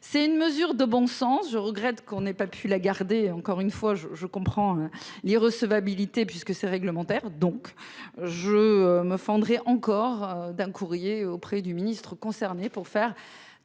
c'est une mesure de bon sens, je regrette qu'on n'ait pas pu la garder encore une fois je je comprends l'recevabilité puisque c'est réglementaire, donc je me fendrais encore d'un courrier auprès du ministre concerné pour faire